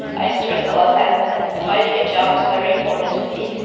i stress a lot and finding a job was very important to me.